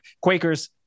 Quakers